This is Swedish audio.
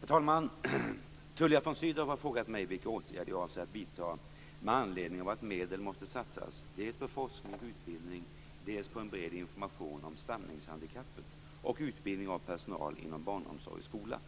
Herr talman! Tullia von Sydow har frågat mig vilka åtgärder jag avser att vidta med anledning av att medel måste satsas dels på forskning och utbildning, dels på en bred information om stamningshandikappet och utbildning av personal inom barnomsorg och skola.